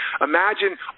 imagine